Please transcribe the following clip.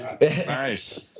Nice